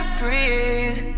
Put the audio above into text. freeze